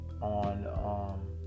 on